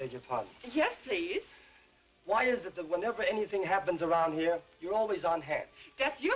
they just pop yes please why is it the whenever anything happens around here you're always on